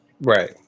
Right